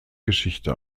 geschichte